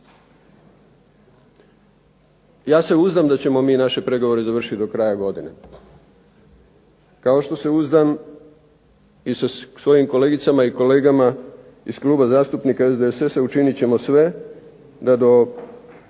ja se uzdam da ćemo mi naše pregovore završit do kraja godine, kao što se uzdam i sa svojim kolegicama i kolegama iz Kluba zastupnika SDSS-a učinit ćemo sve da do